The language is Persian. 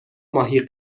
ماهی